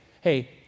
hey